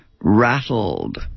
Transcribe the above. rattled